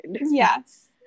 yes